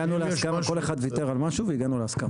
כל אחד ויתר על משהו והגענו להסכמה.